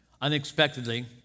Unexpectedly